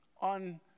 on